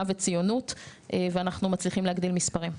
וציונות ואנחנו מצליחים להגדיל מספרים.